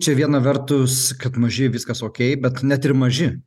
čia viena vertus kad maži viskas okei bet net ir maži